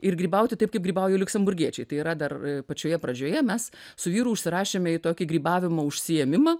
ir grybauti taip kaip grybauja liuksemburgiečiai tai yra dar pačioje pradžioje mes su vyru užsirašėme į tokį grybavimą užsiėmimą